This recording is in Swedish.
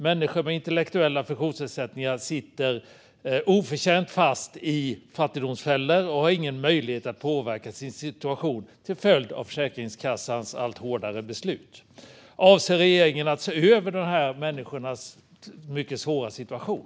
Människor med intellektuella funktionsnedsättningar sitter oförtjänt fast i fattigdomsfällor och har ingen möjlighet att påverka sin situation till följd av Försäkringskassans allt hårdare beslut. Avser regeringen att se över dessa människors mycket svåra situation?